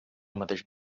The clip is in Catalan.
mateix